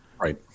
Right